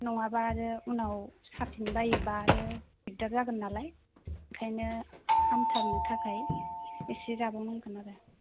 नङाबा आरो उनाव साफिनबायोबा आरो दिगदार जागोन नालाय ओंखायनो हामथारनो थाखाय एसे जाबाव नांगोन आरो